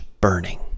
burning